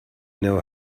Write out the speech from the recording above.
know